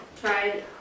tried